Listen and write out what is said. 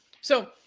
So-